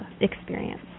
experience